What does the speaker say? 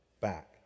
back